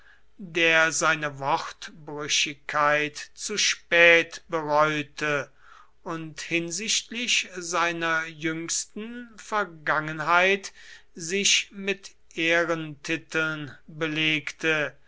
der seine wortbrüchigkeit zu spät bereute und hinsichtlich seiner jüngsten vergangenheit sich mit ehrentiteln belegte